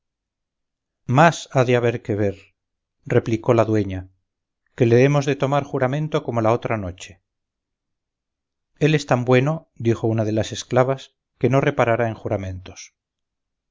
más ha de haber que ver replicó la dueña que le hemos de tomar juramento como la otra noche él es tan bueno dijo una de las esclavas que no reparará en juramentos